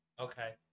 Okay